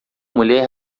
mulher